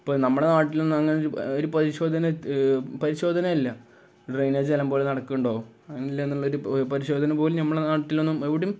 ഇപ്പോള് നമ്മുടെ നാട്ടിലൊന്നും അങ്ങനെയൊരു ഒരു പരിശോധന പരിശോധനയേ ഇല്ല ഡ്രെയ്നേജെല്ലാം പോലെ നടക്കുന്നുണ്ടോ അങ്ങനെ എന്നൊരു പരിശോധന പോലും നമ്മുടെ നാട്ടിലൊന്നും എവിടെയും